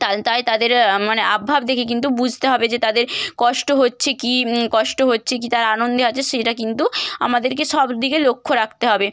তা তাই তাদের মানে হাবভাব দেখে কিন্তু বুঝতে হবে যে তাদের কষ্ট হচ্ছে কি কষ্ট হচ্ছে কি তারা আনন্দে আছে সেইটা কিন্তু আমাদেরকে সব দিকে লক্ষ্য রাখতে হবে